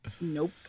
nope